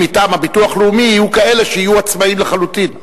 מטעם הביטוח הלאומי יהיו עצמאים לחלוטין.